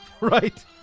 Right